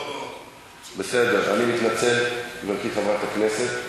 אני מתנצל, גברתי חברת הכנסת.